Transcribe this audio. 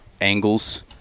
angles